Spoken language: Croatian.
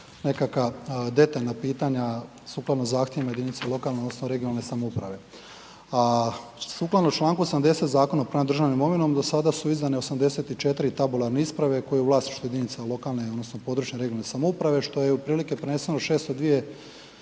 nekakva detaljna pitanja sukladno zahtjevima jedinica lokalne odnosno regionalne samouprave. A sukladno članku 80. Zakona o upravljanju državnom imovinom do sada su izdane 84 tabularne isprave koje su u vlasništvu jedinice lokalne samouprave odnosno područne, regionalne što je otprilike preneseno 602